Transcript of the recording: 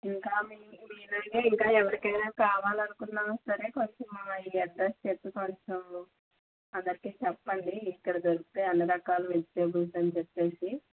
ఇంకా మీకు వీలైతే ఇంకా ఎవరికైనా కావాలనుకున్నా సరే కొంచెం ఈ అడ్రస్ చెప్పి కొంచెం అందరికీ చెప్పండి ఇక్కడ దొరుకుతాయి అన్ని రకాల వెజిటబుల్స్ అని చెప్పేసి